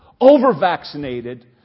over-vaccinated